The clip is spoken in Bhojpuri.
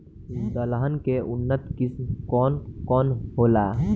दलहन के उन्नत किस्म कौन कौनहोला?